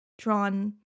drawn